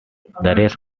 rest